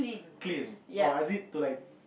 clean or is it to like